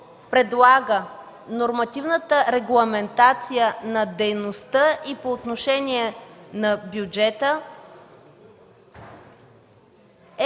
предлага нормативната регламентация на дейността и по отношение на бюджета,